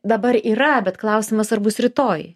dabar yra bet klausimas ar bus rytoj